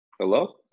Hello